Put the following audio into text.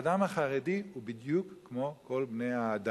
האדם החרדי הוא בדיוק כמו כל בני-האדם.